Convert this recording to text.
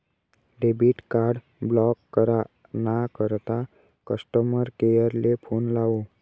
debit card block करा ना करता कस्टमर केअर ले फोन लावो